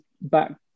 back